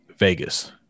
vegas